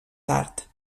tard